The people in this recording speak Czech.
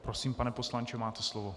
Prosím, pane poslanče, máte slovo.